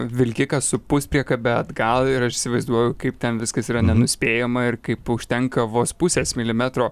vilkiką su puspriekabe atgal ir aš įsivaizduoju kaip ten viskas yra nenuspėjama ir kaip užtenka vos pusės milimetro